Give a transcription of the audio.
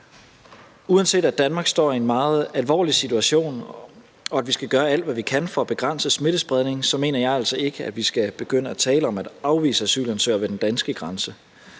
Uanset at Danmark står i en meget alvorlig situation og vi skal gøre alt, hvad vi kan for at begrænse smittespredningen, så mener jeg altså ikke, at vi skal begynde at tale om at afvise asylansøgere ved den danske grænse.